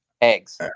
eggs